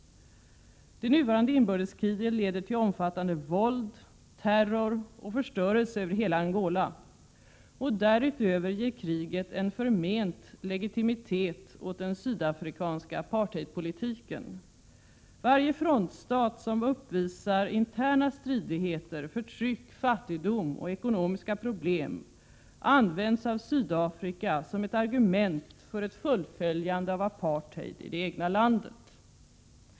Det nuvarande inbördeskriget leder till omfattande våld, terror och förstörelse över hela Angola. Därutöver ger kriget en förment legitimitet åt den sydafrikanska apartheidpolitiken. Varje frontstat som uppvisar interna stridigheter, förtryck, fattigdom och ekonomiska problem, används av Sydafrika som ett argument för ett fullföljande av apartheid i det egna landet.